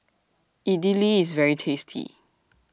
Idili IS very tasty